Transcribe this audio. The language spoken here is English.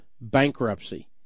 bankruptcy